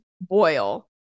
boil